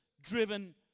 Driven